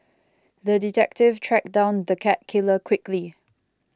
the detective tracked down the cat killer quickly